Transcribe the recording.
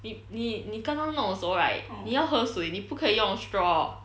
if 你你刚刚弄的时候 right 你要喝水你不可以用 straw